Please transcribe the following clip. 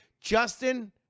Justin